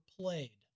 Played